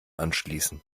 anschließen